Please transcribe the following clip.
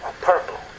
purple